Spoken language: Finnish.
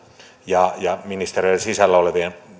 ja ja ministeriöiden sisällä olevien